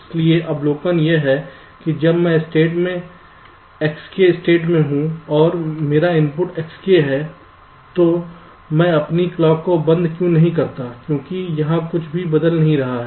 इसलिए अवलोकन यह है कि जब मैं स्टेट में Xk स्टेट मैं हूं और मेरा इनपुट Xk है तो मैं अपनी क्लॉक को बंद क्यों नहीं करता क्योंकि यहां कुछ भी बदल नहीं रहा है